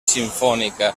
simfònica